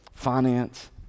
finance